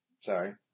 sorry